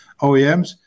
OEMs